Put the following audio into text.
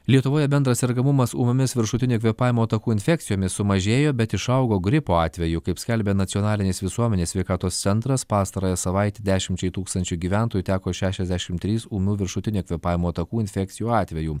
lietuvoje bendras sergamumas ūmiomis viršutinių kvėpavimo takų infekcijomis sumažėjo bet išaugo gripo atvejų kaip skelbia nacionalinis visuomenės sveikatos centras pastarąją savaitę dešimčiai tūkstančių gyventojų teko šešiasdešimt trys ūmių viršutinių kvėpavimo takų infekcijų atvejų